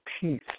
peace